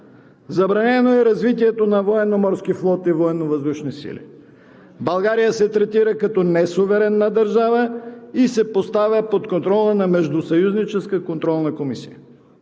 Забранено е развитието на военноморски флот и военновъздушни сили. България се третира като несуверенна държава и се поставя под контрола на Междусъюзническа контролна комисия.